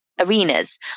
arenas